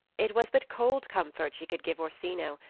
it was but cold comfort she could give orsino,